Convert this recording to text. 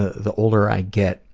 ah the older i get,